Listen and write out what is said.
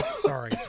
Sorry